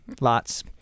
Lots